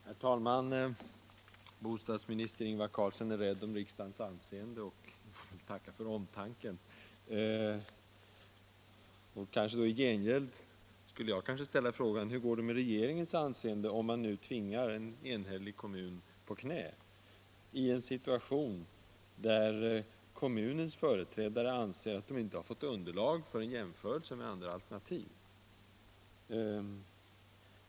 Herr talman! Bostadsministern Ingvar Carlsson är rädd om riksdagens anseende. Jag tackar för omtanken. I gengäld skulle jag kanske ställa frågan hur det går med regeringens anseende om man nu tvingar en enhällig kommun på knä i en situation där kommunens företrädare anser att man inte fått underlag för en jämförelse med andra alternativ.